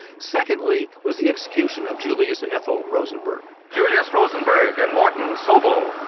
secondly was the execution of julius and ethel rosenberg julius rosenberg and martin sobel,